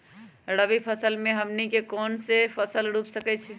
रबी फसल में हमनी के कौन कौन से फसल रूप सकैछि?